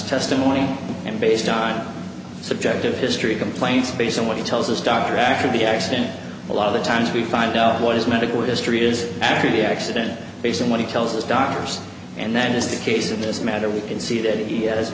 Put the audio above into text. testimony and based on subjective history complaints based on what he tells his doctor after the accident a lot of the times we find out what his medical history is after the accident based on what he tells his doctors and that is the case in this matter we can see that he has